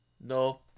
No